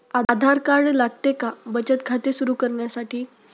आधार card लागते का बचत खाते सुरू करण्यासाठी?